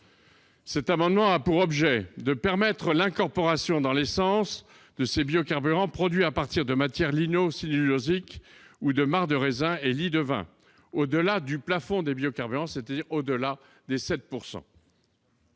Cet amendement a pour objet de permettre l'incorporation dans l'essence de ces biocarburants produits à partir de matières ligno-cellulosiques ou de marcs de raisins et de lies de vin, au-delà du plafond des biocarburants de 7 %.